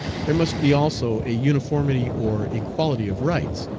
there must be also a uniformity or equality of rights,